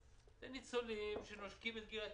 אלה ניצולים שנושקים לגיל ה-90,